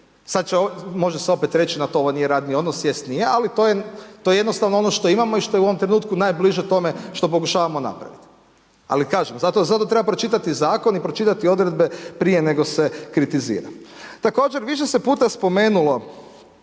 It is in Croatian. Sad se može opet reći na to ovo nije radni odnos, jest nije, ali to je jednostavno ono što imamo i što je u ovom trenutku najbliže tome što pokušavamo napraviti. Ali kažem zato treba pročitati zakon i pročitati odredbe prije nego se kritizira. Također, više se puta spomenulo